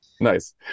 Nice